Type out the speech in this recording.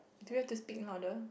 do you have to speak louder